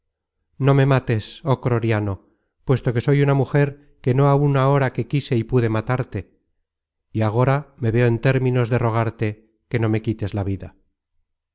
no me mates oh croriano puesto que soy una mujer que no há una hora que quise y pude matarte y agora me veo en términos de rogarte que no me quites la vida